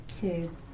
two